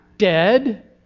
dead